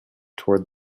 towards